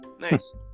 Nice